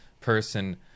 person